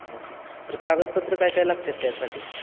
हो sir sir कागदपत्रं काय काय लागतात त्यासाठी